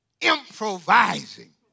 improvising